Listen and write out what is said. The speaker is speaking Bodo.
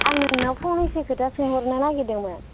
आं नोंनाव फंनैसो खोथा सोंहरनो नागिरदोंमोन